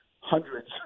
hundreds